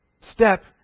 step